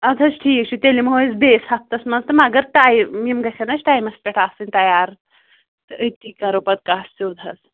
اَدٕ حظ ٹھیٖک چھُ تیلہِ یِم ہو أسی بیٚیِس ہَفتس منٛز تہٕ مگر ٹایِم یِم گژھَن اَسہِ ٹایمس پیٚٹھ آسٕنۍ تیار تہٕ أتی کرو پَتہٕ کَتھ سیٚود حظ